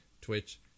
Twitch